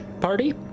party